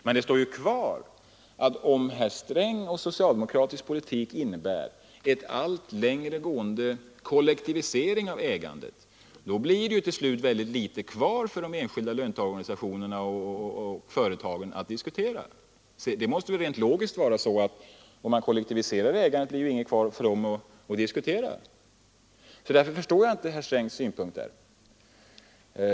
Men kvar står ju att om herr Strängs och socialdemokratins politik innebär en allt längre gående kollektivisering av ägandet, så blir det till slut mycket litet kvar att diskutera för de enskilda löntagarorganisationerna och företagen. Rent logiskt måste det vara så att om man kollektiviserar ägandet, så blir det ingenting kvar för dem att diskutera om ägandespridning. Därför förstod jag inte herr Strängs synpunkter i det fallet.